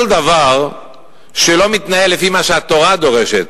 כל דבר שלא מתנהל לפי מה שהתורה דורשת,